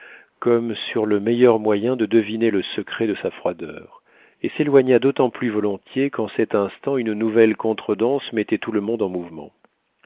comme sur le meilleur moyen de deviner le secret de sa froideur et s'éloigna d'autant plus volontiers qu'en cet instant une nouvelle contredanse mettait tout le monde en mouvement